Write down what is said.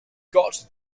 got